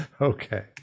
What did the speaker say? Okay